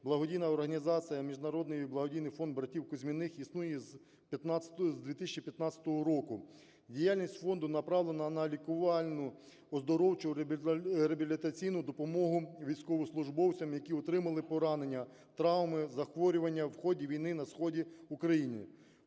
благодійна організація "Міжнародний благодійний фонд братів Кузьміних" існує з 2015 року. Діяльність фонду направлена на лікувальну, оздоровчу, реабілітаційну допомогу військовослужбовцям, які отримали поранення, травми, захворювання в ході війни на сході України.